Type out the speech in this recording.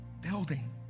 building